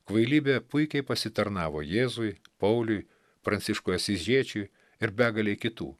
kvailybė puikiai pasitarnavo jėzui pauliui pranciškui asyžiečiui ir begalei kitų